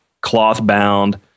cloth-bound